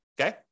okay